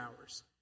hours